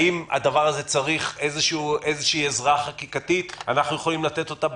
האם הדבר הזה מצריך איזו עזרה של חקיקה שאנחנו יכולים לתת אותה בכנסת?